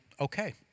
Okay